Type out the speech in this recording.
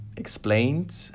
explained